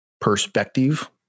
perspective